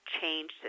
change